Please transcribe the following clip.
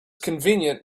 convenient